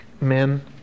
men